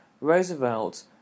Roosevelt